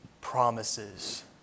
promises